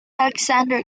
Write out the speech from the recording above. alexander